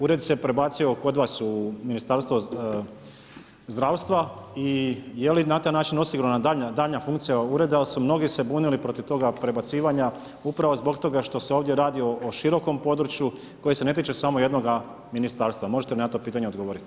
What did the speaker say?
Ured se prebacio kod vas u Ministarstvo zdravstva i je li na taj način osigurana daljnja funkcija Ureda jer su mnogi se bunili protiv toga prebacivanja upravo zbog toga što se ovdje radi o širokom području koje se ne tiče samo jednoga ministarstva., možete mi na to pitanje odgovoriti?